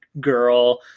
Girl